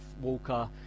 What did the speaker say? Walker